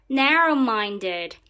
narrow-minded